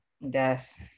Yes